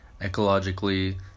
ecologically